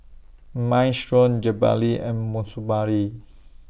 Minestrone Jalebi and